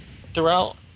Throughout